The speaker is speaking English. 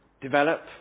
develop